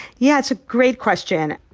yeah, it's a great question.